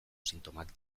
sintomak